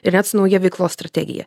ir net su nauja veiklos strategija